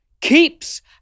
Keeps